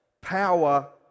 power